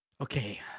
Okay